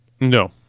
No